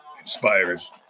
inspires